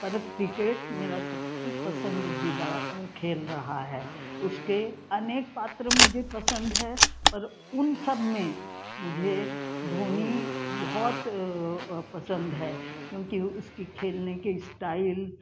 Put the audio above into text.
पर क्रिकेट मेरा सब से पसंददीदा खेल रहा है उसके अनेक पात्र मुझे पसंद है पर उन सब में मुझे धोनी बहुत पसंद है क्योंकि उसकी खेलने के इस्टाइल